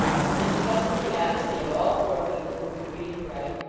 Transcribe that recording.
he mistrusted the honesty of all poor people who could read and write,